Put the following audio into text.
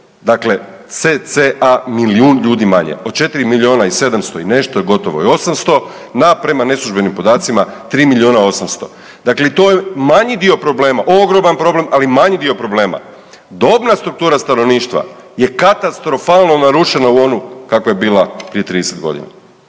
dakle cca. milijun ljudi manje, od 4 milijuna i 700 i nešto, gotovo i 800, na prema neslužbenim podacima 3 milijuna i 800. Dakle, i to je manji dio problema, ogroman problem, ali manji dio problema. Dobna struktura stanovništva je katastrofalno narušena u onu kakva je bila prije 30.g., a